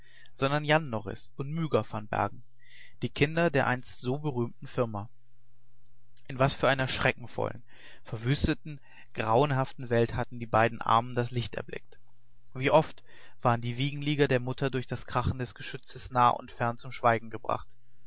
sondern jan norris und myga van bergen die kinder der einst so berühmten firma in was für einer schreckenvollen verwüsteten grauenhaften welt hatten die beiden armen das licht erblickt wie oft waren die wiegenlieder der mutter durch das krachen der geschütze nah und fern zum schweigen gebracht